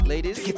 Ladies